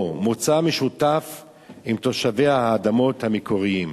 או מוצא משותף עם תושבי האדמות המקוריים.